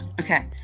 Okay